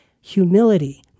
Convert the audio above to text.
Humility